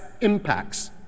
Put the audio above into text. impacts